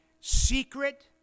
secret